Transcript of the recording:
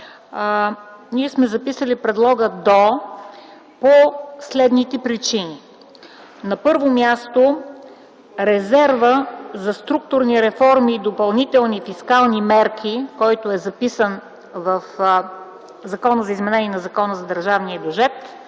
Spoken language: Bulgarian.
ние сме записали предлога „до” по следните причини. На първо място, резервът за структурни реформи и допълнителни фискални мерки, който е записан в Закона за изменение на Закона за държавния бюджет,